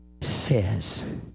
says